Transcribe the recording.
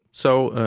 so,